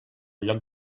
lloc